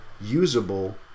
usable